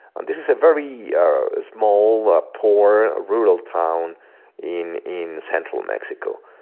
and this is a very small, ah poor, rural town in in central mexico.